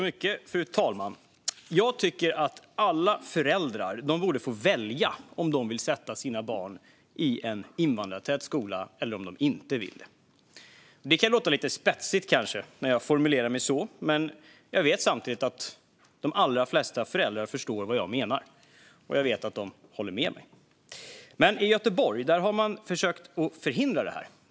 Fru talman! Jag tycker att alla föräldrar borde få välja om de vill sätta sina barn i en invandrartät skola eller om de inte vill det. Det kan kanske låta lite spetsigt när jag formulerar mig så, men jag vet samtidigt att de allra flesta föräldrar förstår vad jag menar och att de håller med mig. Men i Göteborg har man försökt att förhindra detta.